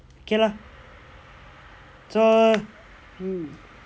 k lah !duh!